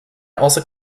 also